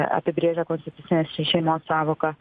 apibrėžia konstitucinės šeimos sąvoką